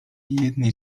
jednej